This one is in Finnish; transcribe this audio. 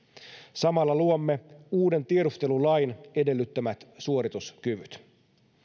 samalla luomme uuden tiedustelulain edellyttämät suorituskyvyt